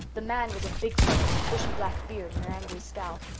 the man was a big fellow with a bushy black beard and an angry scowl.